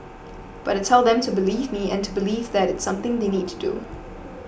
but I tell them to believe me and to believe that it's something they need to do